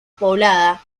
poblada